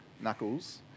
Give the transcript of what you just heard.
knuckles